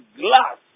glass